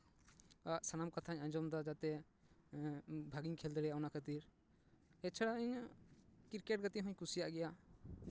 ᱟᱜ ᱥᱟᱱᱟᱢ ᱠᱟᱛᱷᱟᱧ ᱟᱸᱡᱚᱢᱫᱟ ᱡᱟᱛᱮ ᱵᱷᱟᱹᱜᱤᱧ ᱠᱷᱮᱞ ᱫᱟᱲᱮᱭᱟᱜ ᱚᱱᱟ ᱠᱷᱟᱹᱛᱤᱨ ᱮᱪᱷᱟᱲᱟ ᱤᱧ ᱠᱨᱤᱠᱮᱴ ᱜᱟᱛᱮᱜ ᱦᱚᱸᱧ ᱠᱩᱥᱤᱭᱟᱜ ᱜᱮᱭᱟ